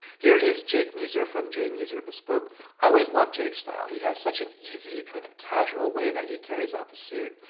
here is jake mueser from j. mueser bespoke. i always love jake's style. he has such an easy, kind of casual way that he carries off a suit.